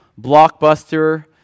Blockbuster